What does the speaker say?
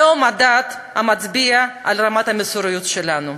זהו מדד המצביע על רמת המוסריות שלנו.